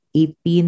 18